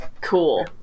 Cool